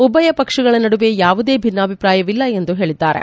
ಉಭಯ ಪಕ್ಷಗಳ ನಡುವೆ ಯಾವುದೇ ಭಿನ್ನಾಭಿಪ್ರಾಯವಿಲ್ಲ ಎಂದು ಹೇಳಿದ್ದಾರೆ